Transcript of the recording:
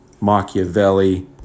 Machiavelli